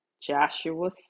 Joshua